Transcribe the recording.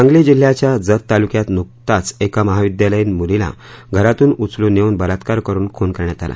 सांगली जिल्ह्याच्या जत तालुक्यात नुकताच एका महाविद्यालयीन मुलीला घरातून उचलून नेऊन बलात्कार करून खून करण्यात आला